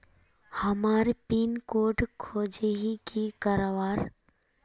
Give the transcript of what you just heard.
हमार pin code खोजोही की करवार?